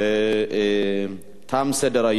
תם סדר-היום.